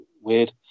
weird